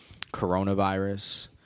coronavirus